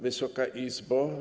Wysoka Izbo!